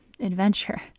adventure